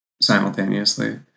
simultaneously